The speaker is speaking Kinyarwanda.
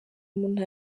umuntu